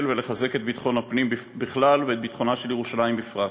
ולחזק את ביטחון הפנים בכלל ואת ביטחונה של ירושלים בפרט.